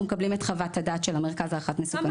מקבלים את חוות הדעת של המרכז להערכת מסוכנות.